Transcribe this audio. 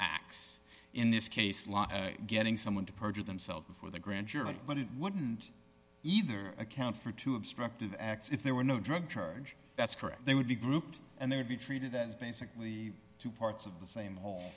acts in this case law getting someone to perjure themselves before the grand jury but it wouldn't either account for two obstructive acts if there were no drug charge that's correct they would be grouped and there'd be treated that is basically two parts of the same